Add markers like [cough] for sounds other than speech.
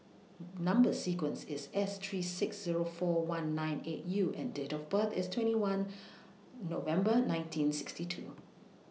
[hesitation] Number sequence IS S three six Zero four one nine eight U and Date of birth IS twenty one [noise] November nineteen sixty two